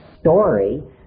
story